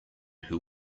who